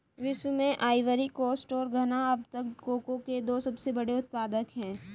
विश्व में Ivory Coast और घना अब तक कोको के दो सबसे बड़े उत्पादक है